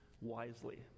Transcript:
wisely